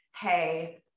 Hey